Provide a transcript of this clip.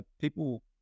people